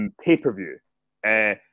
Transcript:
pay-per-view